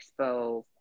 Expo